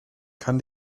kann